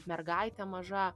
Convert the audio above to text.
mergaitė maža